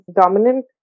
dominant